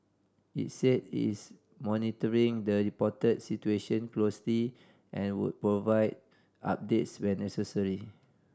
it said it's monitoring the reported situation closely and would provide updates when necessary